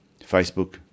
Facebook